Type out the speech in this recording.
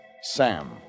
Sam